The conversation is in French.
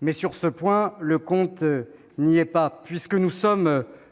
Seulement, sur ce point, le compte n'y est pas ... De fait, nous sommes